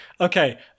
okay